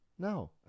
No